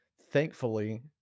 Thankfully